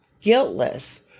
guiltless